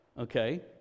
Okay